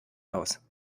aus